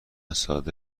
ساده